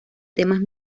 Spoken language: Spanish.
temas